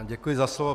Děkuji za slovo.